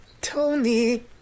Tony